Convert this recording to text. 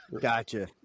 Gotcha